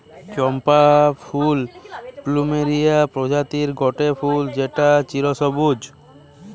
চম্পা ফুল প্লুমেরিয়া প্রজাতির গটে ফুল যেটা চিরসবুজ